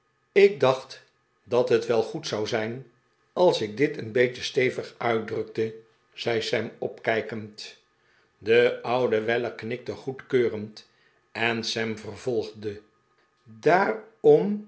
ik dacht dat het wel goed zou zijn als ik dit een beetje stevig uitdrukte zei sam opkijkend de oude weller knikte goedkeurend en sam vervolgde daarom